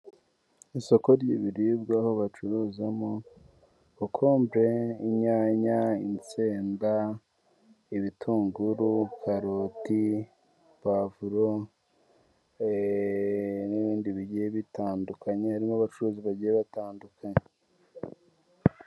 Isoko ry'ibiribwa aho bacuruzamo kokombure, inyanya, isenda, ibitungururu, karoti pavuro, n'ibindi bigiye bitandukanye harimo abacuruzi bagiye batandukanye.